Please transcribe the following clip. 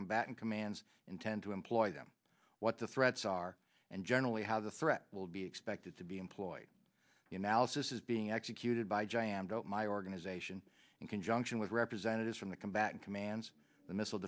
combatant commands intend to employ them what the threats are and generally how the threat will be expected to be employed the analysis is being executed by jammed up my organization in conjunction with representatives from the combatant commands the missile